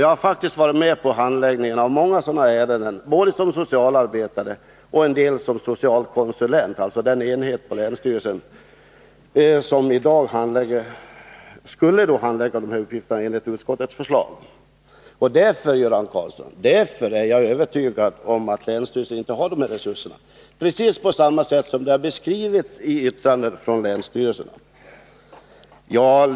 Jag har faktiskt varit med om handläggningen av många sådana här ärenden, både som socialarbetare och som socialkonsulent, dvs. inom den enhet på länsstyrelsen som enligt utskottets förslag skulle handlägga dessa uppgifter. Därför är jag, Göran Karlsson, övertygad om att länsstyrelserna inte har dessa resurser. I yttrandet från länsstyrelserna har man beskrivit det på precis samma sätt.